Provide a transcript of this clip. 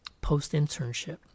post-internship